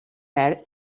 had